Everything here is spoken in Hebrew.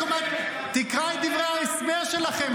תקרא את דברי ההסבר שלכם,